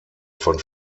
von